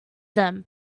them